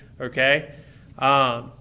Okay